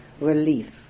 relief